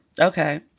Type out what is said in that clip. Okay